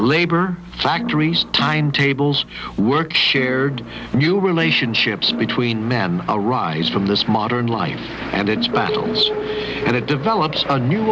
labor factories timetables work shared new relationships between men arise from this modern life and its battles and it develops a new